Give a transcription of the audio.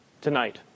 tonight